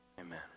amen